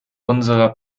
unserer